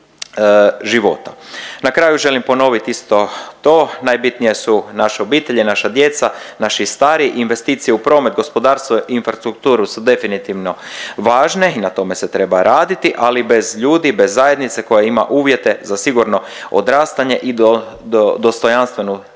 Na kraju želim ponovit isto to, najbitnije su naše obitelji, naša djeca, naši stari, investicije u promet, gospodarstvo i infrastrukturu su definitivno važne i na tome se treba raditi ali bez ljudi, bez zajednice koja ima uvjete za sigurno odrastanje i dostojanstvenu